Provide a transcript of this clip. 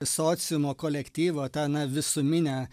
sociumo kolektyvo tą na visuminę